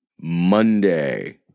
Monday